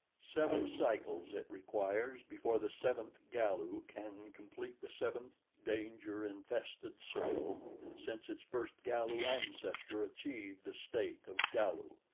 seven cycles it requires before the seventh galu can complete the seventh danger-infested circle since its first galu ancestor achieved the state of galu.